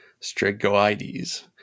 strigoides